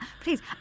please